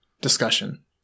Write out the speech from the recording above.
discussion